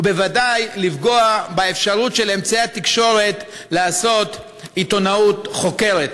ובוודאי מלפגוע באפשרות של אמצעי התקשורת לעשות עיתונאות חוקרת.